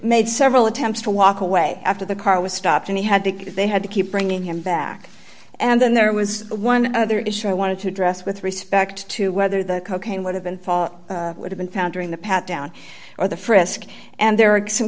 several attempts to walk away after the car was stopped and he had to get they had to keep bringing him back and then there was one other issue i wanted to address with respect to whether the cocaine would have been fall would have been found during the pat down or the frisk and there are some